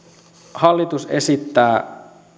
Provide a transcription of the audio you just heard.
hallitus esittää